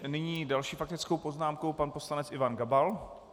Nyní s další faktickou poznámkou pan poslanec Ivan Gabal.